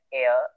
air